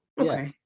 Okay